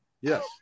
Yes